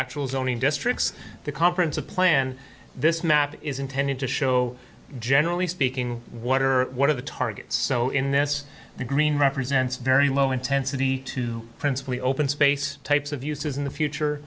actual zoning districts the conference of plan this map is intended to show generally speaking what are what are the targets so in this the green represents very low intensity to principally open space types of uses in the future